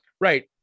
Right